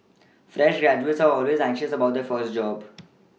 fresh graduates are always anxious about their first job